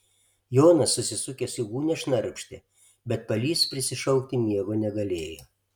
jonas susisukęs į gūnią šnarpštė bet palys prisišaukti miego negalėjo